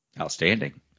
Outstanding